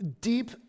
deep